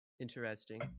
Interesting